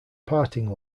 parting